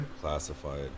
Classified